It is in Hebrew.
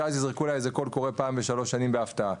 יזרקו לה איזה קול קורא פעם בשלוש שנים בהפתעה,